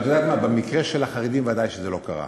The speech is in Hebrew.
את יודעת מה, במקרה של החרדים ודאי שזה לא קרה.